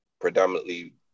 predominantly